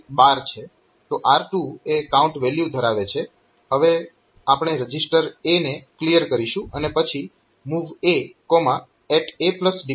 તો R2 એ count value ધરાવે છે હવે આપણે રજીસ્ટર A ને ક્લીયર કરીશું અને પછી MOV AADPTR છે